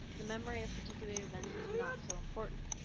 the memory of particular events is not so important.